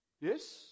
Yes